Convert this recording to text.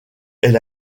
elle